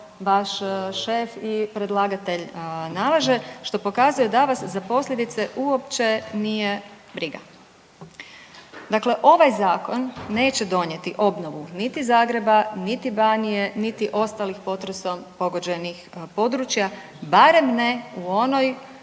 vaš šef i predlagatelj nalaže, što pokazuje da vas za posljedice uopće nije briga. Dakle, ovaj zakon neće donijeti obnovu niti Zagreba, niti Banije, niti ostalih potresom pogođenih područja barem ne u onoj